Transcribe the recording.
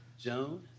Joan